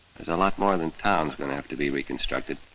there's a lot more than towns gonna have to be reconstructed.